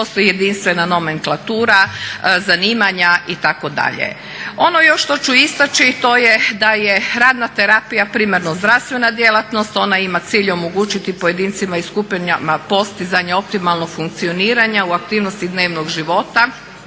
postoji jedinstvena nomenklatura zanimanja itd. Ono što još što ću istaći to je da je radna terapija primarno zdravstvena djelatnost, ona ima cilj omogućiti pojedincima i skupinama postizanje optimalnog funkcioniranja u aktivnosti dnevnog života,